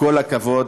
כל הכבוד,